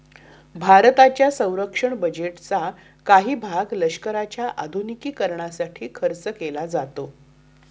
भारताच्या संरक्षण बजेटचा काही भाग लष्कराच्या आधुनिकीकरणासाठी खर्च केला जातो